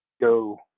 go